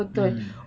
mm